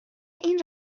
این